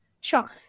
Sure